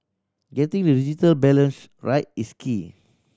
getting the digital balance right is key